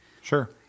Sure